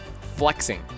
flexing